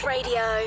Radio